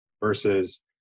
versus